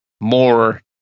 more